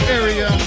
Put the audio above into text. area